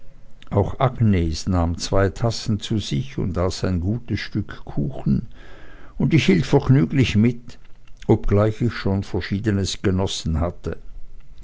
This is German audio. auch agnes nahm zwei tassen zu sich und aß ein gutes stück kuchen und ich hielt vergnüglich mit obgleich ich schon verschiedenes genossen hatte